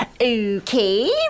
Okay